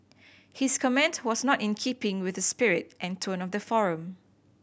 his comment was not in keeping with the spirit and tone of the forum